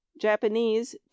Japanese